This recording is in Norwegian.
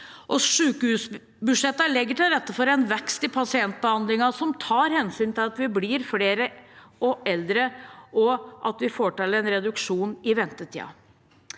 Sykehusbudsjettet legger til rette for en vekst i pasientbehandlingen som tar hensyn til at vi blir flere og eldre, og at vi får til en reduksjon i ventetidene.